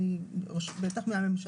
בטח מהממשלה, מגופים ציבוריים.